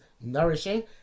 nourishing